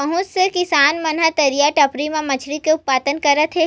बहुत से किसान मन ह तरईया, डबरी म मछरी के उत्पादन करत हे